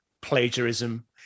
plagiarism